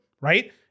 right